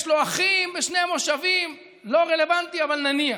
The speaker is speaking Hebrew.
יש לו אחים בשני מושבים, לא רלוונטי, אבל נניח.